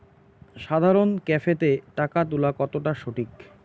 সাধারণ ক্যাফেতে টাকা তুলা কতটা সঠিক?